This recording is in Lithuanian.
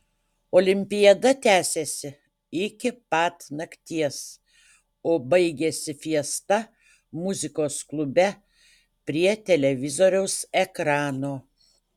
olimpiada tęsėsi iki pat nakties o baigėsi fiesta muzikos klube prie televizoriaus ekrano